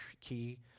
key